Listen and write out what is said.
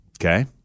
okay